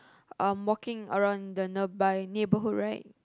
um walking around the nearby neighborhood right